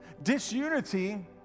Disunity